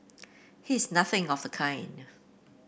he is nothing of the kind